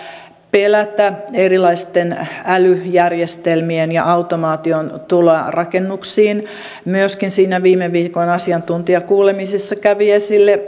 pelätä erilaisten älyjärjestelmien ja automaation tuloa rakennuksiin myöskin siinä viime viikon asiantuntijakuulemisessa kävi esille